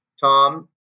Tom